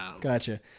gotcha